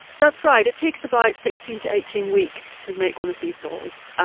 that's right. it takes about sixteen to eighteen weeks to make one of these dolls,